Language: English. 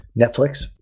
Netflix